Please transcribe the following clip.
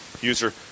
user